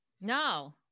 No